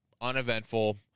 uneventful